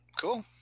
Cool